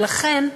לכן,